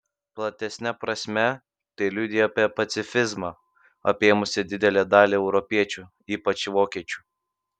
platesne prasme tai liudija apie pacifizmą apėmusį didelę dalį europiečių ypač vokiečių